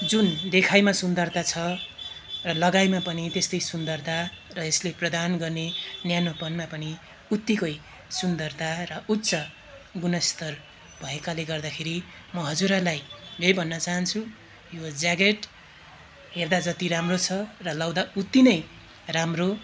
जुन देखाइमा सुन्दरता छ र लगाइमा पनि त्यस्तै सुन्दरता र यसले प्रदान गर्ने न्यानोपनमा पनि उत्तिकै सुन्दरता र उच्च गुणस्तर भएकाले गर्दाखेरि म हजुरहरूलाई यही भन्न चाहन्छु यो ज्याकेट हेर्दा जति राम्रो छ र लगाउँदै उत्तिनै राम्रो